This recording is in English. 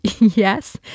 yes